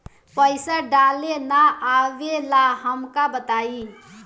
पईसा डाले ना आवेला हमका बताई?